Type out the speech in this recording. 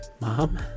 Mom